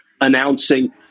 announcing